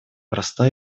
проста